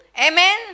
Amen